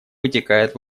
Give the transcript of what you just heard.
вытекает